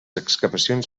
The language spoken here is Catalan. excavacions